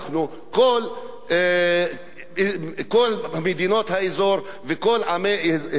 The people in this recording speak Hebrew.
כל מדינות האזור וכל עמי המזרח התיכון.